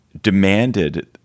demanded